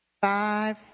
Five